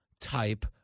type